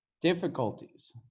difficulties